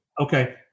Okay